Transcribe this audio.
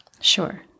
Sure